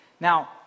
Now